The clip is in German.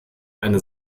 eine